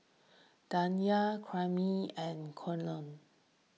Danyel Karyme and Keion